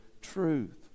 truth